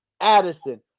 Addison